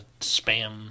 spam